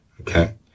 Okay